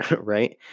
Right